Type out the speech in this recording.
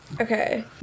Okay